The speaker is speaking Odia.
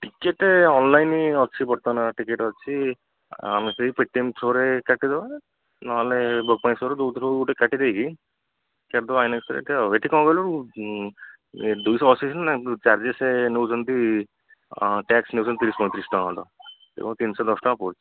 ଟିକେଟ୍ ଅନଲାଇନ୍ ଅଛି ବର୍ତ୍ତମାନ ଟିକେଟ୍ ଅଛି ଆମେ ସେଇ ପେଟିଏମ୍ ଥ୍ରୋରେ କାଟିଦେବା ନହେଲେ ବୁକ୍ ମାଇଁ ଶୋରୁ ଯେଉଁଥିରୁ ହେଉ ଗୋଟେ କାଟି ଦେଇକି ସେଠୁ ଆଇନକ୍ସରେ ଏଠି କ'ଣ କହିଲୁ ଦୁଇ ଶହ ଅଶୀ ସିନା ଚାର୍ଜେସ୍ ନେଉଛନ୍ତି ଟ୍ୟାକ୍ସ ନେଉଛନ୍ତି ତିରିଶ ପଇଁତିରିଶ ଟଙ୍କା ଖଣ୍ଡେ ତେଣୁ ତିନି ଶହ ଦଶ ଟଙ୍କା ପଡ଼ୁଛି